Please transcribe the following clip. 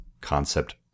concept